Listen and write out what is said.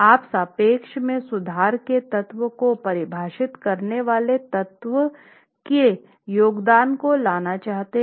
आप संक्षेप में सुधार के तत्व को परिभाषित करने वाले तत्व के योगदान को लाना चाहते हैं